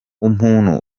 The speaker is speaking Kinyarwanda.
umuntu